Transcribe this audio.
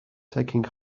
taking